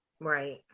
Right